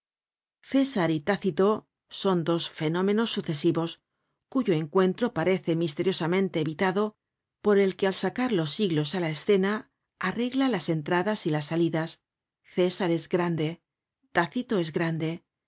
césar y tácito son dos fenómenos sucesivos cuyo encuentro parece misteriosamente evitado por el que al sacar los siglos á la escena arregla las entradas y las salidas césar es grande tácito es grande